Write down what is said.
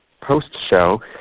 post-show